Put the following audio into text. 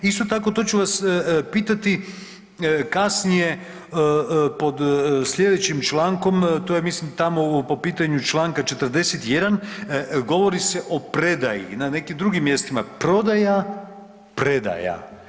Isto tako, to ću vas pitati kasnije pod slijedećim člankom, to je mislim tamo po pitanju čl. 41. govori se o predaji na nekim drugim mjestima, prodaja, predaja.